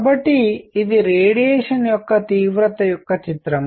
కాబట్టి ఇది రేడియేషన్ యొక్క తీవ్రత యొక్క చిత్రం